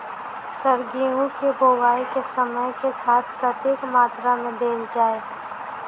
Sir गेंहूँ केँ बोवाई केँ समय केँ खाद कतेक मात्रा मे देल जाएँ?